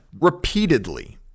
Repeatedly